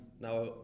Now